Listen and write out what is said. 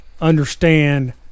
understand